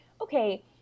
okay